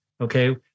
okay